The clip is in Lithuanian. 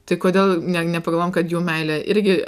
tai kodėl ne nepagalvojam kad jų meilė irgi